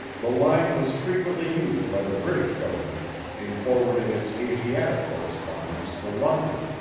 the line was frequently used by the british government in forwarding its asiatic correspondence to london.